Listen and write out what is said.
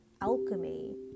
alchemy